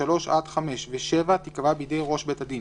(3) עד (5) ו-(7) תיקבע בידי ראש בית הדין."